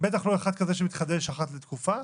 בטח לא אחד כזה שמתחדש אחת לתקופה.